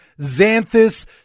xanthus